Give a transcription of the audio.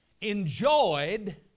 enjoyed